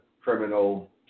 criminal